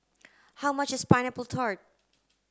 how much is pineapple tart